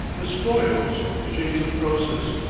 the spoils! shades of croesus!